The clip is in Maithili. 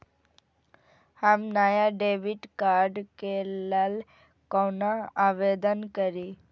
हम नया डेबिट कार्ड के लल कौना आवेदन करि?